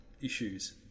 issues